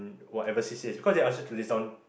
whatever C_C_As cause they ask you to list on